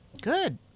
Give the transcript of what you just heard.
Good